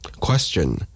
Question